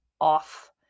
off